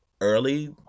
early